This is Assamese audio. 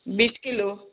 বিশ কিলো